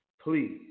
Please